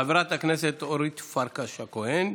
חברת הכנסת אורלי פרקש הכהן,